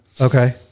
Okay